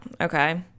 okay